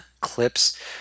clips